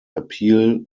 appeal